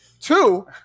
Two